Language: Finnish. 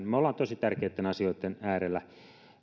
me olemme tosi tärkeiden asioiden äärellä